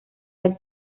vez